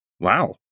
wow